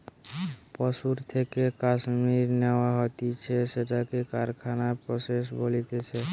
পশুর থেকে কাশ্মীর ন্যাওয়া হতিছে সেটাকে কারখানায় প্রসেস বলতিছে